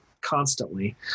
constantly